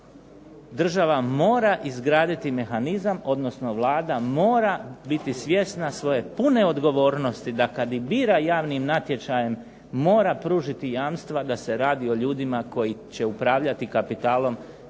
Država mora izgraditi mehanizam odnosno Vlada mora biti svjesna svoje pune odgovornosti, da kada bira javnim natječajem mora pružiti jamstva da se radi o ljudima koji će upravljati kapitalom